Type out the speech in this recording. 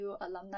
Alumni